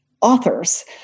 authors